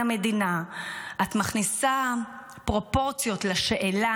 המדינה את מכניסה פרופורציות לשאלה,